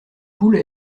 poules